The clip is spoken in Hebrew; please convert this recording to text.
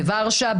בוורשה,